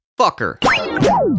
fucker